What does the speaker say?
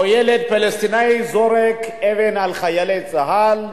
או ילד פלסטיני זורק אבן על חיילי צה"ל,